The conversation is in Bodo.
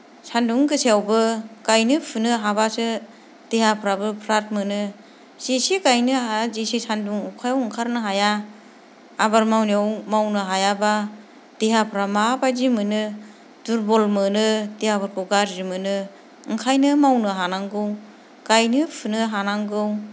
सानदुं गोसायावबो गायनो फुनो हाब्लासो देहाफ्राबो फ्राद मोनो जेसे गायनो जेसे सानदुं अखायाव ओंखारनो हाया आबाद मावनायाव मावनो हायाब्ला देहाफ्रा माबायदि मोनो दुरबल मोनो देहाफोरखौ गाज्रि मोनो ओंखायनो मावनो हानांगौ गायनो फुनो हानांगौ